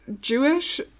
Jewish